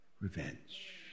revenge